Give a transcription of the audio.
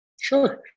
Sure